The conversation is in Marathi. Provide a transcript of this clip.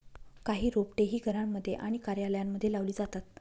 काही रोपटे ही घरांमध्ये आणि कार्यालयांमध्ये लावली जातात